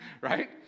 right